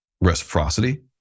reciprocity